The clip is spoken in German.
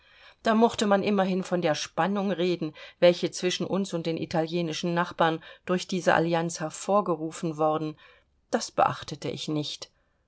da mochte man immerhin von der spannung reden welche zwischen uns und den italienischen nachbarn durch diese allianz hervorgerufen worden das beachtete ich nicht